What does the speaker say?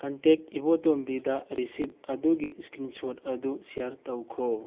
contact ꯏꯕꯣꯇꯣꯝꯕꯤꯗ receipt ꯑꯗꯨꯒꯤ screenshot ꯑꯗꯨ ꯁꯤꯌꯥꯔ ꯇꯧꯈꯣ